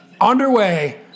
underway